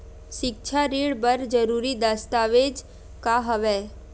सिक्छा ऋण बर जरूरी दस्तावेज का हवय?